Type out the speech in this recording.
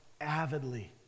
avidly